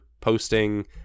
posting